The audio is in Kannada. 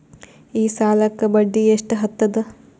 ಈ ಸಾಲಕ್ಕ ಬಡ್ಡಿ ಎಷ್ಟ ಹತ್ತದ?